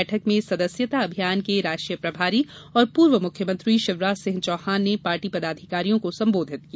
बैठक में सदस्यता अभियान के राष्ट्रीय प्रभारी और पूर्व मुख्यमंत्री शिवराज सिंह चौहान ने पार्टी पदाधिकारियों को संबोधित किया